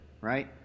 right